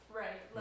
right